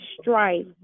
strife